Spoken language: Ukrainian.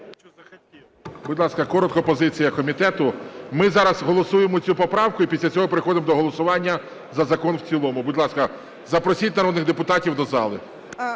Будь ласка, коротко позиція комітету. Ми зараз голосуємо цю поправку і після цього переходимо до голосування за закон в цілому. Будь ласка, запросіть народних депутатів до зали.